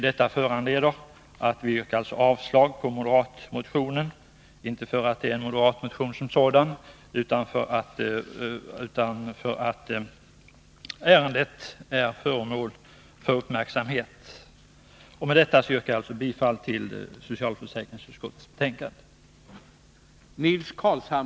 Detta föranleder att vi yrkar avslag på moderatmotionen — inte för att det är en moderatmotion, utan för att ärendet är föremål för uppmärksamhet. Med detta yrkar jag bifall till socialförsäkringsutskottets hemställan.